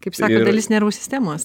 kaip sako dalis nervų sistemos